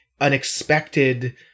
unexpected